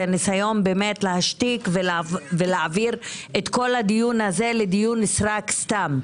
זה ניסיון להשתיק ולהעביר את כל הדיון הזה לדיון סרק סתם,